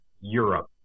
Europe